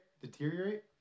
deteriorate